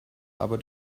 aber